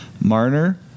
Marner